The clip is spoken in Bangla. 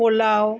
পোলাও